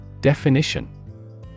definition